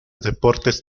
deportes